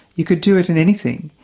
you could do it in anything.